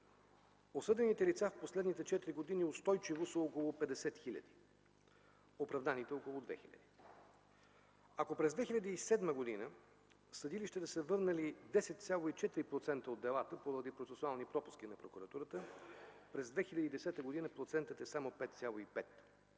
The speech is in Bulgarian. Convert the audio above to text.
Осъдените лица през последните четири години устойчиво са около 50 хиляди, оправданите – около 2000. Ако през 2007 г. съдилищата са върнали 10,4% от делата поради процесуални пропуски на прокуратурата, през 2010 г. процентът е само 5,5.